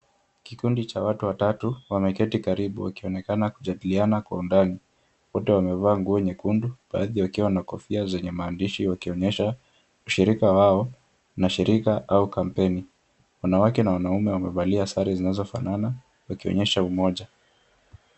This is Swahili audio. Kikundi cha watu watatu wameketi karibu ,wakionekana kujadiliana kwa undani .Wote wamevaa nguo nyekundu baadhi wakiwa na kofia zenye maandishi wakionyesha ushirika wao ,mashirika au kampeni . Wanawake na wanaume wamevalia sare zinazofanana wakionyesha umoja.